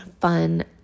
fun